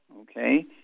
okay